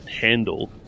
handle